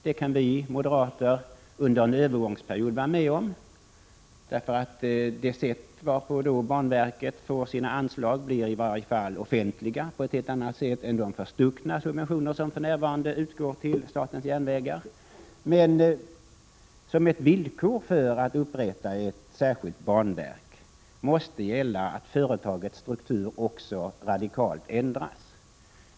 Det kan vi moderater gå med på för en övergångsperiod — banverkets anslag blir då i varje fall offentliga på ett helt annat sätt än de förstuckna subventioner som för närvarande utgår till statens järnvägar. Men ett villkor för att upprätta ett särskilt banverk måste vara att företagets struktur också radikalt ändras.